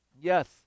Yes